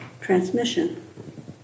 transmission